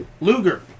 Luger